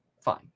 Fine